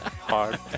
Hard